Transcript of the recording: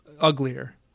uglier